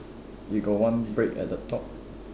you got one brake at the top